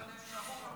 מה זאת אומרת?